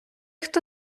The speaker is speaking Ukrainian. хто